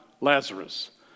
Lazarus